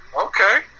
okay